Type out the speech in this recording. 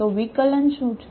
તો વિકલન શું છે